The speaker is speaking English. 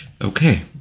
Okay